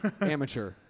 Amateur